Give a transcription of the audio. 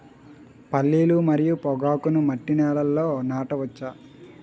పల్లీలు మరియు పొగాకును మట్టి నేలల్లో నాట వచ్చా?